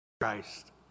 Christ